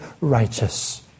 righteous